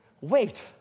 Wait